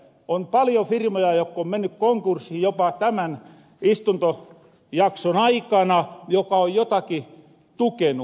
on paljo firmoja jokka on menny konkurssiin jopa tämän istuntojakson aikana ja jokka on jotaki tukenu